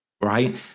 right